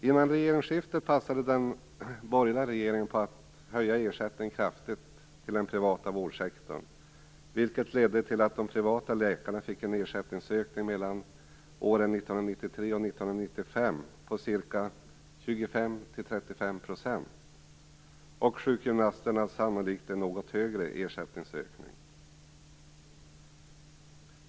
Innan regeringsskiftet passade den borgerliga regeringen på att höja ersättningen kraftigt till den privata vårdsektorn, vilket ledde till att de privata läkarna fick en ersättningsökning mellan åren 1993 och 1995 på ca 25-35 % och sjukgymnasterna sannolikt en något högre ersättningsökning.